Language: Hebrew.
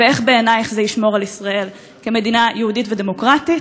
ואיך בעינייך זה ישמור על ישראל כמדינה יהודית ודמוקרטית?